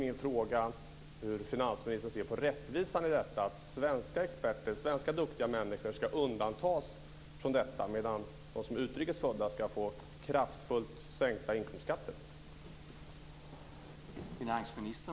Min fråga är hur finansministern ser på rättvisan i att svenska experter och svenska duktiga människor ska undantas från detta, medan de som är utrikes födda ska få kraftigt sänkta inkomstskatter.